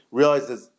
realizes